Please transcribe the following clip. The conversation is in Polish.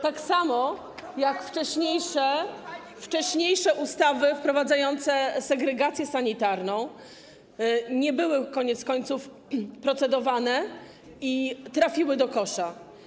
Tak samo jak wcześniejsze ustawy wprowadzające segregację sanitarną nie były koniec końców procedowane i trafiły do kosza.